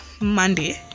monday